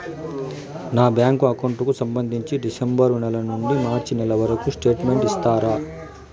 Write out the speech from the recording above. నా bank account కు సంబంధించి డిసెంబరు నెల నుండి మార్చి నెలవరకు స్టేట్మెంట్ ఇస్తారా?